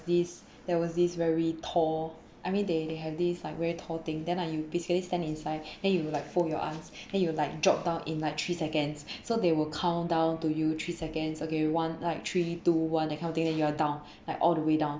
this there was this very tall I mean they they have this like very tall thing then and you basically stand inside then you'll like fold your eyes then you like drop down in like three seconds so they will count down to you three seconds okay one like three two one that kind of thing that you are down like all the way down